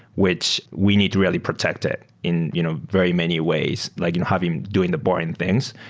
which we need to really protect it in you know very many ways, like having doing the boring things.